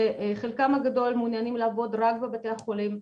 שחלקם הגדול מעוניינים לעבוד רק בבתי החולים,